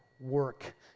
work